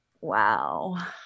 Wow